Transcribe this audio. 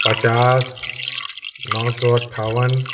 पचास नौ सौ अट्ठावन